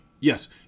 Yes